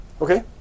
Okay